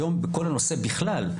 היום בכל הנושא בכלל,